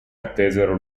attesero